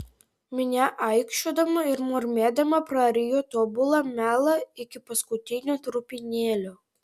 minia aikčiodama ir murmėdama prarijo tobulą melą iki paskutinio trupinėlio